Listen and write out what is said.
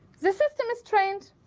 this system is trained,